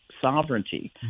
Sovereignty